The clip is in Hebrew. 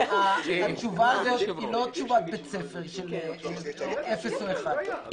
התשובה היא לא תשובת בית ספר של אפס או אחד,